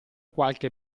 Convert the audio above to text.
qualche